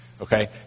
okay